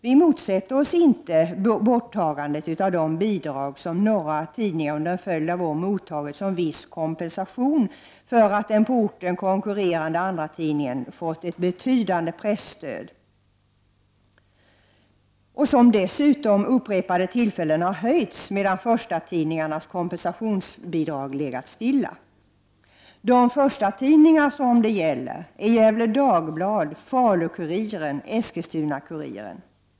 Vi motsätter oss inte borttagandet av det bidrag som några tidningar under en följd av år mottagit som viss kompensation för att den på orten konkurrerande andratidningen fått ett betydande presstöd, som dessutom vid upprepade tillfällen har höjts, medan förstatidningarnas kompensationsbidrag legat stilla. De förstatidningar som det gäller är Gefle Dagblad, Falu-Kuriren och Eskilstuna-Kuriren.